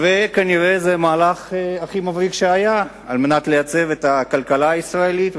וזה כנראה המהלך הכי מבריק שהיה כדי לייצב את הכלכלה הישראלית,